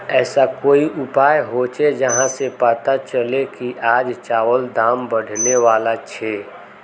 ऐसा कोई उपाय होचे जहा से पता चले की आज चावल दाम बढ़ने बला छे?